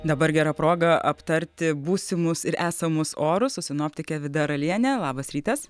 dabar gera proga aptarti būsimus ir esamus orus su sinoptike vida raliene labas rytas